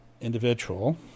individual